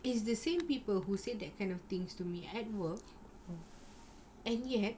it's the same people who say that kind of things to me at work and yet